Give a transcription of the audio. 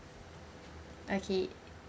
okay